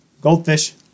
Goldfish